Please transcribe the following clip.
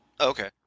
Okay